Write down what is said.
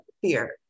fear